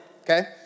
okay